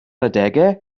adegau